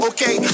Okay